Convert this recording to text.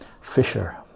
fisher